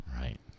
Right